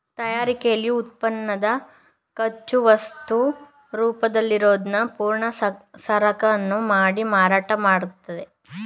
ತಯಾರಿಕೆಲಿ ಉತ್ಪನ್ನನ ಕಚ್ಚಾವಸ್ತು ರೂಪದಲ್ಲಿರೋದ್ನ ಪೂರ್ಣ ಸರಕನ್ನು ಮಾಡಿ ಮಾರಾಟ ಮಾಡ್ಲಾಗ್ತದೆ